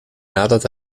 nadat